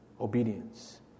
obedience